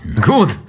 Good